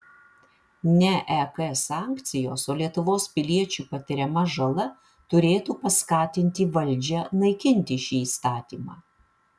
ne ek sankcijos o lietuvos piliečių patiriama žala turėtų paskatinti valdžią naikinti šį įstatymą